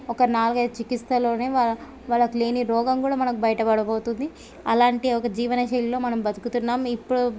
ఒక నాలుగైదు చికిత్సలోనే వాళ్ళకు వాళ్ళకి లేని రోగం కూడా బయటపడపోతుంది అలాంటి ఒక జీవన శైలిలో మనం బ్రతుకుతున్నాం ఇప్పుడు